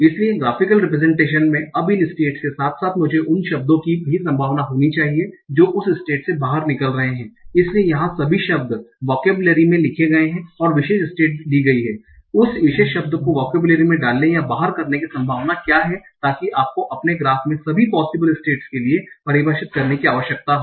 इसलिए graphical representation में अब इन स्टेट्स के साथ साथ मुझे उन शब्दों की भी संभावना होनी चाहिए जो उस स्टेट से बाहर निकल रहे है इसलिए यहाँ सभी शब्द वोकेबुलरी में लिखे गए हैं और विशेष स्टेट दी गयी है उस विशेष शब्द को वोकेबुलरी में डालने या बाहर करने की संभावना क्या है ताकि आपको अपने ग्राफ़ में सभी पोसिबल स्टेट्स के लिए परिभाषित करने की आवश्यकता हो